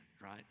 right